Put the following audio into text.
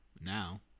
Now